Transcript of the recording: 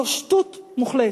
זו שטות מוחלטת,